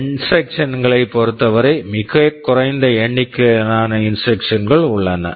instruction instructions களைப் பொறுத்தவரை குறைந்த எண்ணிக்கையிலான இன்ஸ்ட்ரக்சன் instructions கள் உள்ளன